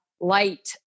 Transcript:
light